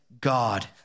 God